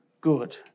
good